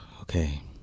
Okay